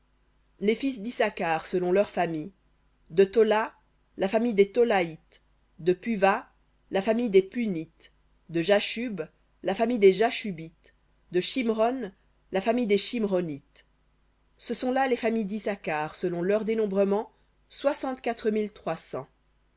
les fils d'issacar selon leurs familles thola la famille des tholaïtes de puva la famille des punies de jashub la famille des jashubites de shimron la famille des shimron nies ce sont là les familles d'issacar selon leur dénombrement